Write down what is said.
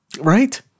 Right